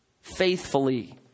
faithfully